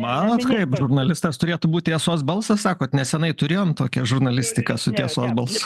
manot kaip žurnalistas turėtų būt tiesos balsas sakot neseniai turėjom tokią žurnalistiką su tiesos bals